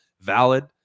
valid